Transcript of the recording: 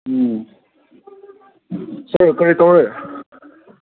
ꯎꯝ sir ꯀꯔꯤ ꯇꯧꯔꯦ